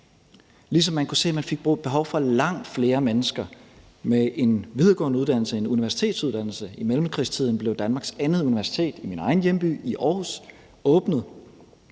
kunne man se, at man fik behov for langt flere mennesker med en videregående uddannelse, en universitetsuddannelse. I mellemkrigstiden blev Danmarks andet universitet åbnet i min egen hjemby, i Aarhus.